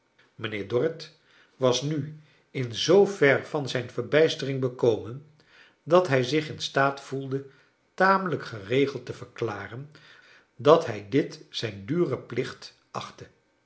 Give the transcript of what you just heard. mijnheer dorrit was nu in zoo ver van zijn verbijstering bekomen dat hij zich in staat voelde tamelijk geregeld te verklaren dat hij dit zijn dure plicht achtte